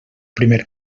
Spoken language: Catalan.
primer